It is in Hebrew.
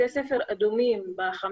זה השקף של התלמידים בבתי ספר יסודיים.